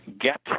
get